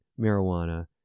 marijuana